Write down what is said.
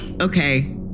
Okay